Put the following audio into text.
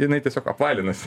jinai tiesiog apvalinasi